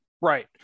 right